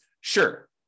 Sure